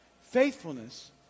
Faithfulness